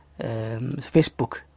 Facebook